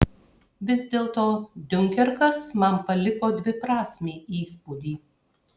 vis dėlto diunkerkas man paliko dviprasmį įspūdį